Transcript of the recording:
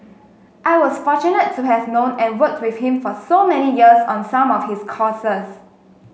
I was fortunate to have known and worked with him for so many years on some of his causes